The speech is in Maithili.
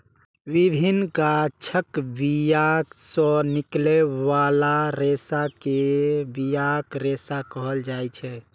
विभिन्न गाछक बिया सं निकलै बला रेशा कें बियाक रेशा कहल जाइ छै